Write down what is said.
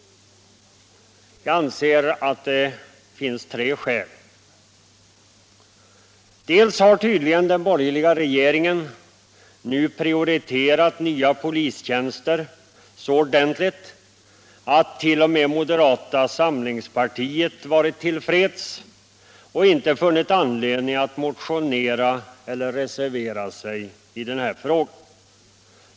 Jag anser att det finns tre skäl till denna förändring. För det första har tydligen den borgerliga regeringen nu prioriterat nya polistjänster så ordentligt, att t.o.m. moderata samlingspartiet varit till freds och inte funnit anledning att motionera eller reservera sig i den här frågan.